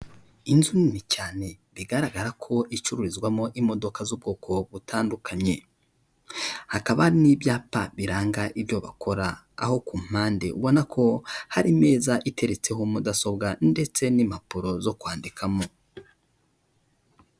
Inzu nini cyane bigaragara ko icururizwamo imodoka z'ubwoko butandukanye, hakaba hari n'ibyapa biranga ibyo bakora aho ku mpande ubona ko hari meza iteretseho mudasobwa ndetse n'impapuro zo kwandikamo.